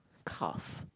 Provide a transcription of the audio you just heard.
carve